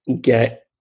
get